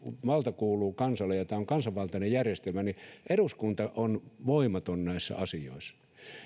valta kuuluu kansalle ja tämä on kansanvaltainen järjestelmä niin eduskunta on voimaton näissä asioissa